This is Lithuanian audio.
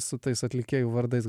su tais atlikėjų vardais